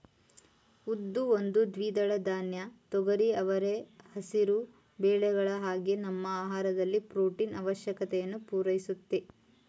ಉದ್ದು ಒಂದು ದ್ವಿದಳ ಧಾನ್ಯ ತೊಗರಿ ಅವರೆ ಹೆಸರು ಬೇಳೆಗಳ ಹಾಗೆ ನಮ್ಮ ಆಹಾರದಲ್ಲಿ ಪ್ರೊಟೀನು ಆವಶ್ಯಕತೆಯನ್ನು ಪೂರೈಸುತ್ತೆ